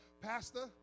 pastor